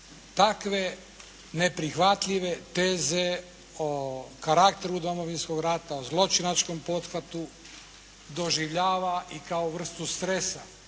takve neprihvatljive teze o karakteru Domovinskog rata, o zločinačkom pothvatu doživljava i kao vrstu stresa